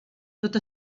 tot